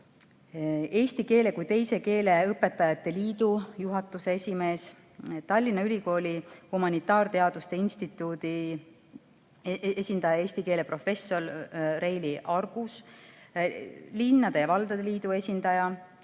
Eesti Keele kui Teise Keele Õpetajate Liidu juhatuse esimees, Tallinna Ülikooli humanitaarteaduste instituudi esindaja, eesti keele professor Reili Argus, linnade ja valdade liidu esindaja,